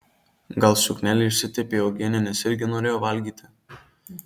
gal suknelė išsitepė uogiene nes irgi norėjo valgyti